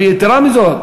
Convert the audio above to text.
ויתרה מזאת,